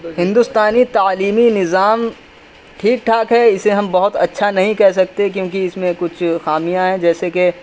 ہندوستانی تعلیمی نظام ٹھیک ٹھاک ہے اسے ہم بہت اچھا نہیں کہہ سکتے کیونکہ اس میں کچھ خامیاں ہیں جیسے کہ